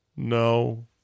No